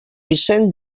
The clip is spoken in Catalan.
vicent